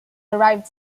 arrived